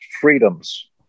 freedoms